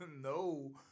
No